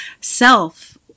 self